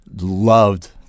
loved